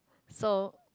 so